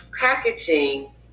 packaging